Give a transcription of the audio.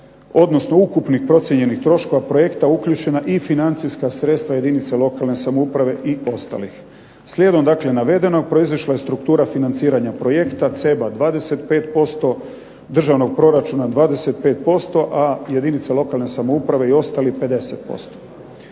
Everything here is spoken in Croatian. odnosno ukupnih procijenjenih troškova projekta uključena i financijska sredstva jedinica lokalne samouprave i ostalih. Slijedom dakle navedenog proizišla je struktura financiranja projekta CEB-a 25%, državnog proračuna 25%, a jedinice lokalne samouprave i ostali 50%.